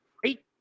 great